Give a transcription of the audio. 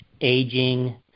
aging